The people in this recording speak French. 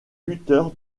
lutteur